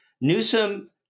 Newsom